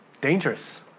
Dangerous